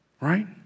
right